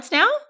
now